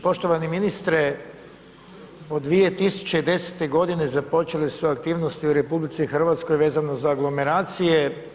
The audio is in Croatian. Poštovani ministre, od 2010. g. započele su aktivnosti u RH vezano za aglomeracije.